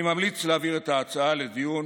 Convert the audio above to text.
אני ממליץ להעביר את ההצעה לדיון